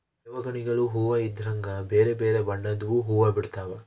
ದೇವಗಣಿಗಲು ಹೂವ್ವ ಇದ್ರಗ ಬೆರೆ ಬೆರೆ ಬಣ್ಣದ್ವು ಹುವ್ವ ಬಿಡ್ತವಾ